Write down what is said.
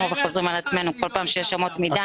וחוזרים על עצמנו כל פעם שיש אמות מידה.